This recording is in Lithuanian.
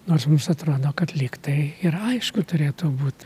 nors mums atrodo kad lygtai ir aišku turėtų būt